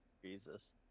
Jesus